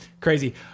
crazy